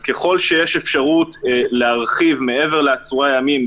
ככל שיש אפשרות להרחיב מעבר לעצורי הימים,